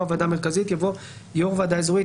הוועדה המרכזית" יבוא "יושב-ראש ועדה אזורית,